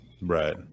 Right